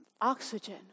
oxygen